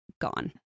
gone